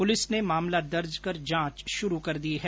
police ने मामला दर्ज कर जांच शुरू कर दी है